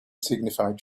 signified